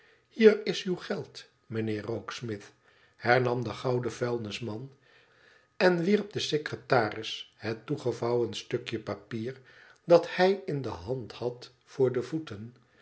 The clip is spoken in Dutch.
hier is uw geld meneer rokesmith hernam de gouden vuilnisman en wierp den secretaris het toegevouwen stukje papier dat hij in de hand had voor de voeten